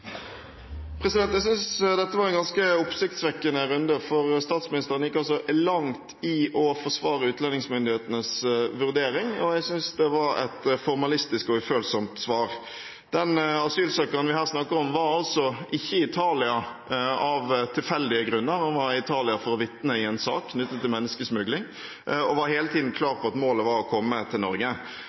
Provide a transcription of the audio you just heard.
Jeg synes dette var en ganske oppsiktsvekkende runde, for statsministeren gikk langt i å forsvare utlendingsmyndighetenes vurdering, og jeg synes det var et formalistisk og ufølsomt svar. Den asylsøkeren vi her snakker om, var ikke i Italia av tilfeldige grunner. Han var i Italia for å vitne i en sak knyttet til menneskesmugling, og var hele tiden klar på at målet var å komme til Norge.